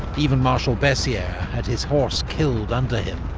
even marshal bessieres had his horse killed under him,